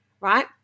right